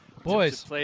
Boys